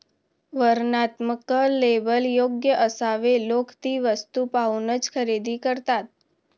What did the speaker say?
वर्णनात्मक लेबल योग्य असावे लोक ती वस्तू पाहूनच खरेदी करतात